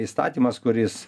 įstatymas kuris